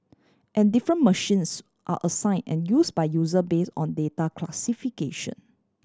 and different machines are assign and use by user base on data classification